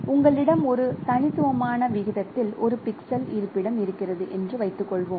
உங்களிடம் ஒரு தனித்துவமான விகிதத்தில் ஒரு பிக்சல் இருப்பிடம் இருக்கிறது என்று வைத்துக்கொள்வோம்